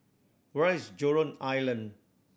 where is Jurong Island